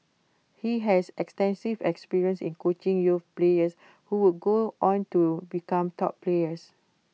he has extensive experience in coaching youth players who would go on to become top players